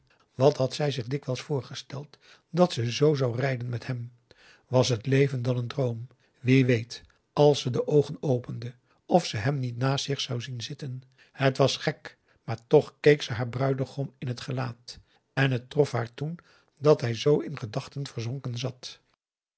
wat had zij zich dikwijls voorgesteld dat ze zoo zou rijden met hem was het leven dan een droom wie weet als ze de oogen opende of ze hem niet naast zich zou zien zitten het was gek maar toch keek ze haar bruidegom in het gelaat en het trof haar toen dat hij zoo in gedachten verzonken zat